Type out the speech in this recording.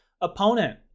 opponent